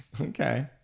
Okay